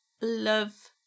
love